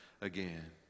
again